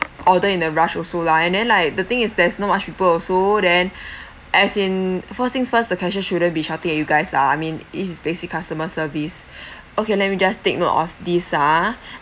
order in a rush also lah and then like the thing is there's no much people also then as in first things first the cashier shouldn't be shouting at you guys lah I mean it is basic customer service okay let me just take note of this ah